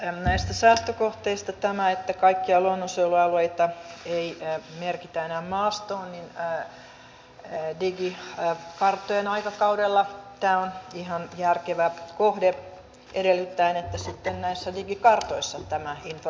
näistä säästökohteista tämä että kaikkia luonnonsuojelualueita ei merkitä enää maastoon on digikarttojen aikakaudella ihan järkevä kohde edellyttäen että sitten näissä digikartoissa tämä informaatio on